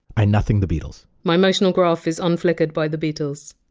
i nothing the beatles. my emotional graph is unflickered by the beatles.